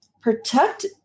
protect